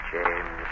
James